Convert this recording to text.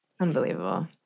Unbelievable